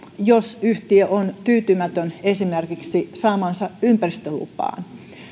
jos yhtiö on tyytymätön esimerkiksi saamaansa ympäristölupaan